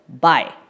Bye